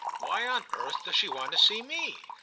why on earth does she want to see me?